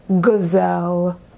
gazelle